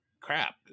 crap